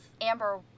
Amber